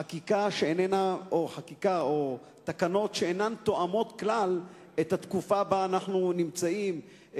חקיקה או תקנות שאינן תואמות כלל את התקופה שבה אנחנו נמצאים,